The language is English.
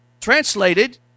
Translated